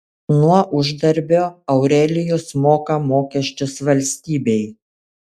nuo uždarbio aurelijus moka mokesčius valstybei